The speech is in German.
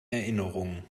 erinnerungen